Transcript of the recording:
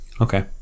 Okay